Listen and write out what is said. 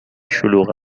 شلوغ